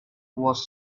was